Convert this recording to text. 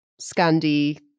Scandi